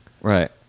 right